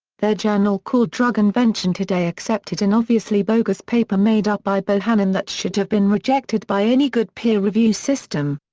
their journal called drug invention today accepted an obviously bogus paper made-up by bohannon that should have been rejected by any good peer review system.